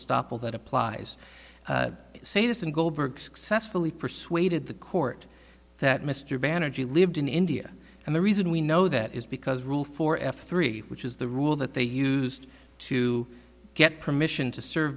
stoppel that applies say this in goldberg successfully persuaded the court that mr bannard you lived in india and the reason we know that is because rule four f three which is the rule that they used to get permission to serve